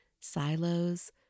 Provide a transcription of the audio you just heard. silos